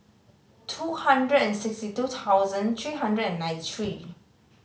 two hundred and sixty two thousand three hundred and ninety three